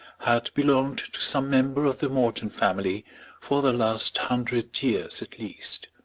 had belonged to some member of the morton family for the last hundred years at least.